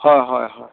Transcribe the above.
হয় হয় হয়